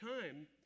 time